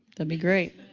ah be great.